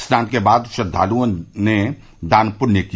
स्नान के बाद श्रद्वालुओं ने दान पुण्य किया